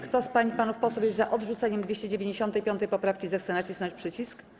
Kto z pań i panów posłów jest za odrzuceniem 295. poprawki, zechce nacisnąć przycisk.